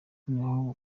noneho